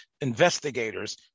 investigators